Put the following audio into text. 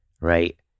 right